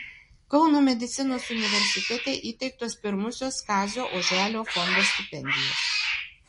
kauno medicinos universitete įteiktos pirmosios kazio oželio fondo stipendijos